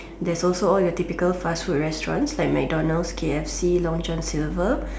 there's also all your typical fast food restaurants like MacDonalds K_F_C long John silver